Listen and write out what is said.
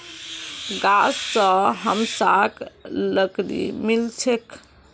गाछ स हमसाक लकड़ी मिल छेक